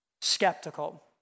skeptical